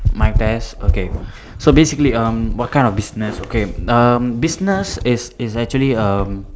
my best okay so basically um what kind of business okay um business is is actually um